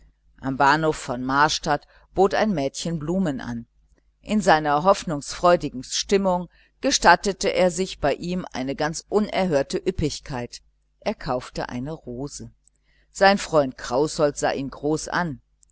am bahnhof von marstadt bot ein mädchen blumen an in seiner hoffnungsfreudigen stimmung gestattete er sich einen bei ihm ganz unerhörten luxus er kaufte eine rose sein freund kraußold sah ihn groß an